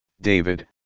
David